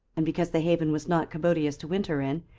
and because the haven was not commodious to winter in,